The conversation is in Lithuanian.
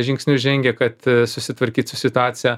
žingsnius žengė kad susitvarkyt su situacija